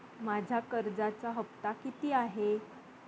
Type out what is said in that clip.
माझा कर्जाचा हफ्ता किती आहे?